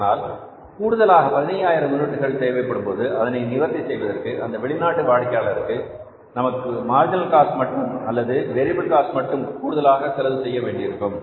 ஆனால் கூடுதலாக 15000 யூனிட்டுகள் தேவைப்படும்போது அதனை நிவர்த்தி செய்வதற்கு அந்த வெளிநாட்டு வாடிக்கையாளருக்கு நமக்கு மார்ஜினல் காஸ்ட் மட்டும் அல்லது வேரியபில் காஸ்ட் மட்டும் கூடுதலாக செலவு செய்ய வேண்டியிருக்கும்